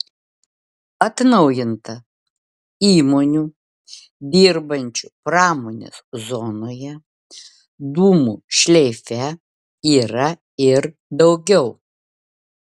atnaujinta įmonių dirbančių pramonės zonoje dūmų šleife yra ir daugiau